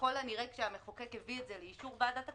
ככל הנראה כשהמחוקק הביא את זה לאישור ועדת הכספים,